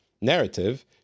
narrative